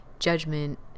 judgment